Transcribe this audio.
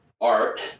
art